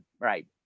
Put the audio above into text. Right